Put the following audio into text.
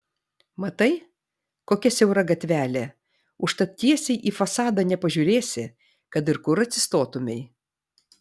matai kokia siaura gatvelė užtat tiesiai į fasadą nepažiūrėsi kad ir kur atsistotumei